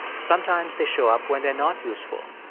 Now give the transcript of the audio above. sometimes they show up when they're not useful,